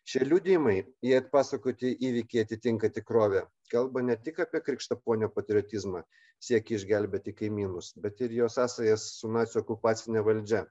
šie liudijimai jei atpasakoti įvykiai atitinka tikrovę kalba ne tik apie krikštaponio patriotizmą siekį išgelbėti kaimynus bet ir jo sąsajas su nacių okupacine valdžia